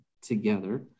together